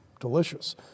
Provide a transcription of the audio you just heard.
delicious